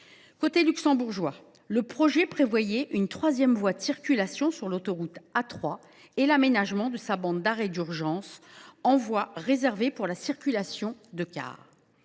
Côté luxembourgeois, le projet prévoyait une troisième voie de circulation sur l’autoroute A3 et l’aménagement de sa bande d’arrêt d’urgence en voie réservée pour la circulation de cars.